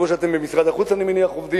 כמו שאני מניח שאתם במשרד החוץ עובדים.